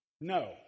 No